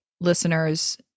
listeners